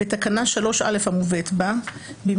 - (א) בתקנה 3א המובאת בה,